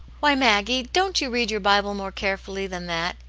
why, maggie! don't you read your bible more carefully than that?